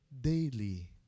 daily